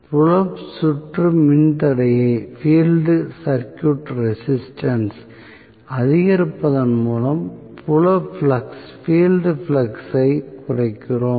புலம் சுற்று மின் தடையை அதிகரிப்பதன் மூலம் புல ஃப்ளக்ஸ் ஐ குறைக்கிறோம்